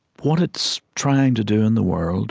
what it's trying to do in the world